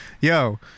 yo